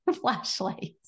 flashlight